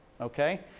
Okay